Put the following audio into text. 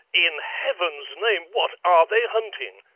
in heaven's name, what are they hunting